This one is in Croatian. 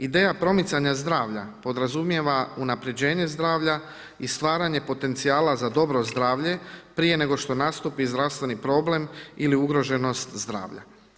Ideja promicanja zdravlja podrazumijeva unapređenje zdravlja i stvaranje potencijala za dobro zdravlje prije nego što nastupi zdravstveni problem ili ugroženost zdravlja.